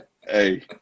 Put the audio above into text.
Hey